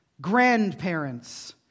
grandparents